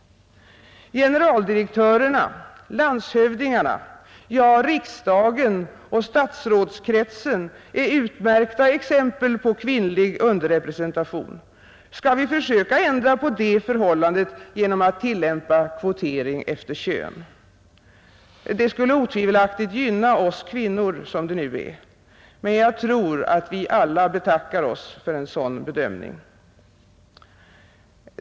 Generaldirektörerna, landshövdingarna, ja, riksdagen och statsrådskretsen är utmärkta exempel på kvinnlig underrepresentation — skall vi försöka ändra på det förhållandet genom att tillämpa kvotering efter kön? Det skulle otvivelaktigt gynna oss kvinnor, som det nu är, men jag tror att vi alla betackar oss för en sådan bedömning.